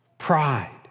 Pride